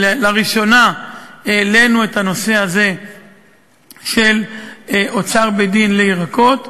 ולראשונה העלינו את הנושא הזה של אוצר בית-דין לירקות.